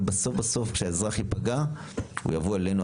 אבל בסוף בסוף כשהאזרח ייפגע הוא יבוא אלינו,